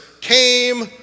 came